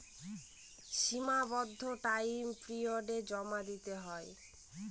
সীমাবদ্ধ টাইম পিরিয়ডে জমা দিতে হয়